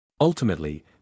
Ultimately